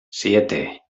siete